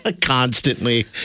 constantly